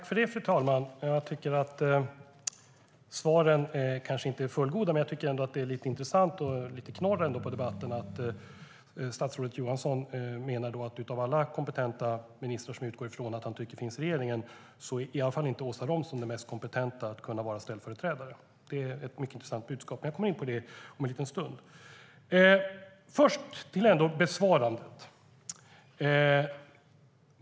Fru talman! Jag tycker kanske inte att svaren är fullgoda, men jag tycker ändå att det är lite intressant och ger lite knorr på debatten att statsrådet Johansson menar att av alla kompetenta ministrar som jag utgår från att han tycker finns i regeringen så är i alla fall inte Åsa Romson den mest kompetenta att vara ställföreträdare. Det är ett mycket intressant budskap som jag ska komma in på om en liten stund. Först till besvarandet.